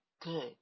good